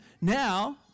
Now